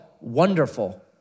Wonderful